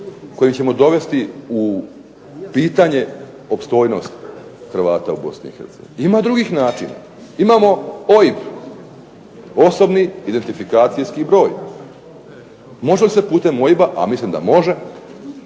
kojim ćemo dovesti u pitanje opstojnost Hrvata u Bosni i Hercegovini. Ima drugih načina. Imamo OIB, osobni identifikacijski broj. Može li se putem OIB-a a mislim da može